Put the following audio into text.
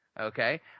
okay